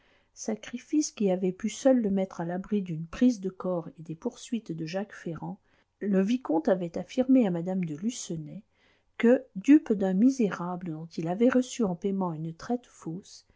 sacrifices qui avaient pu seuls le mettre à l'abri d'une prise de corps et des poursuites de jacques ferrand le vicomte avait affirmé à mme de lucenay que dupe d'un misérable dont il avait reçu en paiement une traite fausse